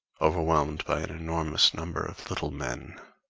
overwhelmed by an enormous number of little men.